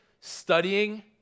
studying